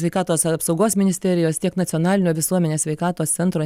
sveikatos apsaugos ministerijos tiek nacionalinio visuomenės sveikatos centro